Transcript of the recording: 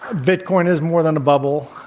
bitcoin is more than a bubble.